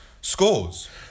scores